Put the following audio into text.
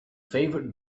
favorite